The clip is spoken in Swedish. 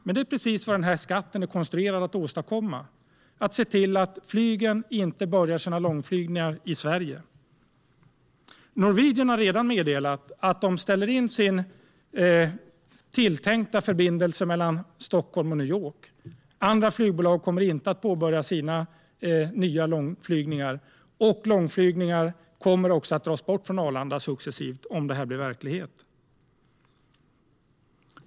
Men det är precis vad den här skatten är konstruerad för att åstadkomma. Den ser till att flygbolagen inte börjar sina långflygningar i Sverige. Norwegian har redan meddelat att de ställer in sin tilltänkta förbindelse mellan Stockholm och New York. Andra flygbolag kommer inte att starta sina nya förbindelser för långflygningar, och långflygningar kommer också successivt att dras bort från Arlanda om det här blir verklighet.